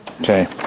Okay